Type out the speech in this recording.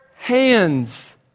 hands